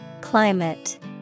Climate